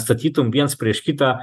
statytum viens prieš kitą